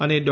અને ડો